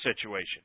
situation